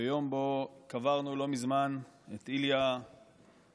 ביום הזה שבו קברנו לא מזמן את איליה סוסנסקי,